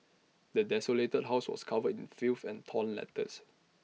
the desolated house was covered in filth and torn letters